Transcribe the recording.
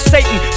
Satan